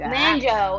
Manjo